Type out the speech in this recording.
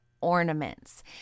ornaments